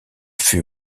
fut